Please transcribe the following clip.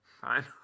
Fine